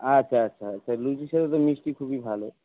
আচ্ছা আচ্ছা আচ্ছা লুচির সঙ্গে তো মিষ্টি খুবই ভালো